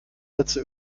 letzte